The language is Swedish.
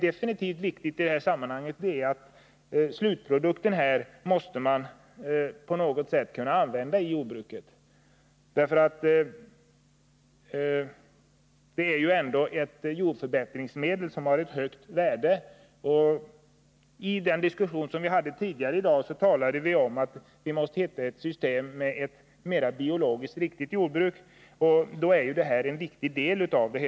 Det viktiga i det sammanhanget är emellertid att man på något sätt måste kunna använda slutprodukten i jordbruket, för det handlar ändå om ett jordförbättringsmedel som har ett högt värde. I den diskussion som fördes tidigare i dag talades det om att vi måste utveckla ett system som möjliggör ett mera biologiskt riktigt jordbruk, och det vi nu talar om är då en viktig del av detta.